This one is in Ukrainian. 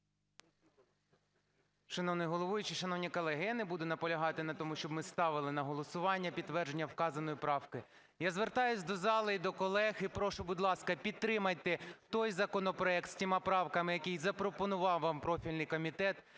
Шановний головуючий! Шановні колеги! Я не буду наполягати на тому, щоб ми ставили на голосування підтвердження вказаної правки. Я звертаюся до зали і до колег і прошу, будь ласка, підтримайте той законопроект з тими правками, який запропонував вам профільний комітет.